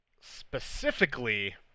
Specifically